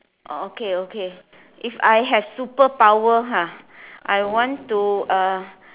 orh okay okay if I have superpower !huh! I want to uh